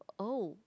oh